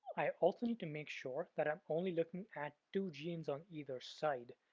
i also need to make sure that i'm only looking at two genes on either side.